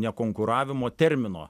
nekonkuravimo termino